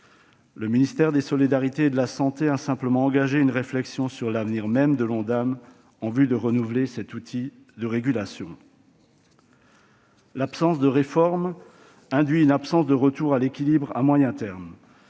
Le ministère des solidarités et de la santé a simplement engagé une réflexion sur l'avenir même de l'Ondam, en vue de renouveler cet outil de régulation. L'absence de réforme induit l'absence du retour à l'équilibre à moyen terme.